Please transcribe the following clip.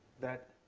that